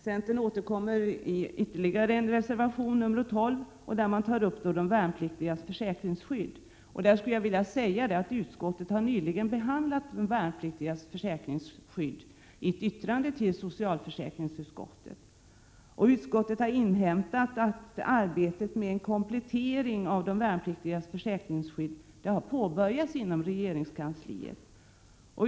Centern återkommer i ytterligare en reservation, nr 12, som tar upp de värnpliktigas försäkringsskydd. Försvarsutskottet har nyligen behandlat de värnpliktigas försäkringsskydd i ett yttrande till socialförsäkringsutskottet. Utskottet har inhämtat att arbetet med komplettering av de värnpliktigas försäkringsskydd har påbörjats inom regeringskansliet.